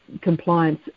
compliance